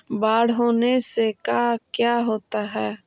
बाढ़ होने से का क्या होता है?